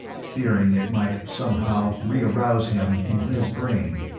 fearing it might somehow re-arouse him in his brain.